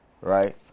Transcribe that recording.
right